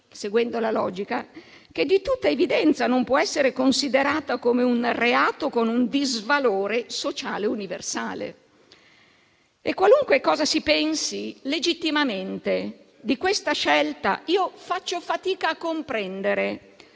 seguendo la logica, che di tutta evidenza non può essere considerata come un reato con un disvalore sociale universale. Qualunque cosa si pensi legittimamente di questa scelta, io faccio fatica a comprendere